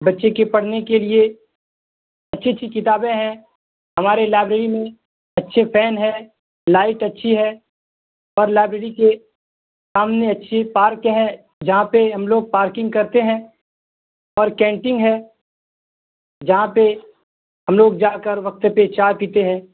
بچے کے پڑھنے کے لیے اچھی اچھی کتابیں ہیں ہمارے لائبریری میں اچھے فین ہیں لائٹ اچھی ہے اور لائبریری کے سامنے اچھی پارک ہے جہاں پہ ہم لوگ پارکنگ کرتے ہیں اور کینٹین ہے جہاں پہ ہم لوگ جا کر وقت پہ چائے پیتے ہیں